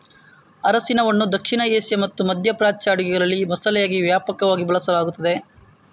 ಅರಿಶಿನವನ್ನು ದಕ್ಷಿಣ ಏಷ್ಯಾ ಮತ್ತು ಮಧ್ಯ ಪ್ರಾಚ್ಯ ಅಡುಗೆಗಳಲ್ಲಿ ಮಸಾಲೆಯಾಗಿ ವ್ಯಾಪಕವಾಗಿ ಬಳಸಲಾಗುತ್ತದೆ